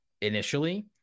initially